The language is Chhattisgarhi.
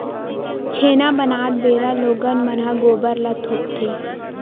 छेना बनात बेरा लोगन मन ह गोबर ल थोपथे